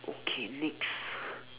okay next